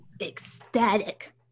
Ecstatic